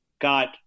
got